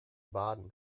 baden